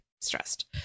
stressed